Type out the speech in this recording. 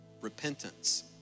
repentance